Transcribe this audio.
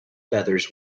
feathers